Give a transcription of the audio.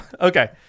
Okay